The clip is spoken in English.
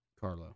Carlo